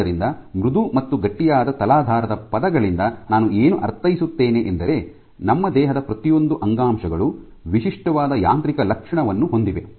ಆದ್ದರಿಂದ ಮೃದು ಮತ್ತು ಗಟ್ಟಿಯಾದ ತಲಾಧಾರದ ಪದಗಳಿಂದ ನಾನು ಏನು ಅರ್ಥೈಸುತ್ತೇನೆ ಎಂದರೆ ನಮ್ಮ ದೇಹದ ಪ್ರತಿಯೊಂದು ಅಂಗಾಂಶಗಳು ವಿಶಿಷ್ಟವಾದ ಯಾಂತ್ರಿಕ ಲಕ್ಷಣವನ್ನು ಹೊಂದಿವೆ